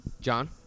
John